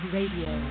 Radio